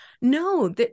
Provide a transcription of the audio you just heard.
no